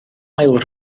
ail